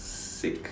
sick